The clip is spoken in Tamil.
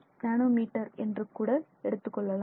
1000 மீட்டர் என்று கூட எடுத்துக் கொள்ளலாம்